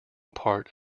part